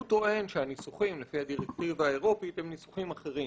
הוא טוען שהניסוחים לפי הדירקטיבה האירופית הם ניסוחים אחרים.